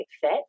fit